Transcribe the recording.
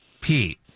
Pete